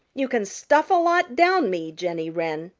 you can stuff a lot down me, jenny wren,